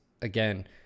again